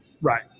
Right